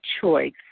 choice